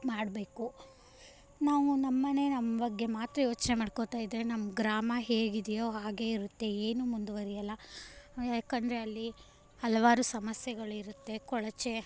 ಮಾಡಬೇಕು ನಾವು ನಮ್ಮನೆ ನಮ್ಮ ಬಗ್ಗೆ ಮಾತ್ರ ಯೋಚನೆ ಮಾಡ್ಕೊಳ್ತಾಯಿದ್ರೆ ನಮ್ಮ ಗ್ರಾಮ ಹೇಗಿದೆಯೋ ಹಾಗೆ ಇರುತ್ತೆ ಏನು ಮುಂದುವರೆಯೋಲ್ಲ ಯಾಕೆಂದರೆ ಅಲ್ಲಿ ಹಲವಾರು ಸಮಸ್ಯೆಗಳಿರುತ್ತೆ ಕೊಳಚೆ